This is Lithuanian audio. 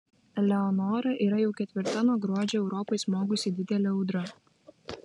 eleonora yra jau ketvirta nuo gruodžio europai smogusi didelė audra